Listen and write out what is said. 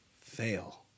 fail